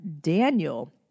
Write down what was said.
Daniel